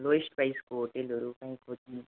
lowest प्राइसको होटेलहरू कहीँ खोजिदिनु